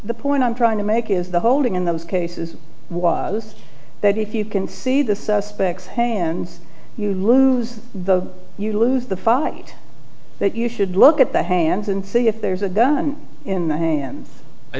point i'm trying to make is the holding in those cases was that if you can see the suspects hands you lose the you lose the fight that you should look at the hands and see if there's a gun in the hand i